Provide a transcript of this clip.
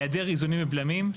היעדר איזונים ובלמים.